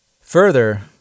Further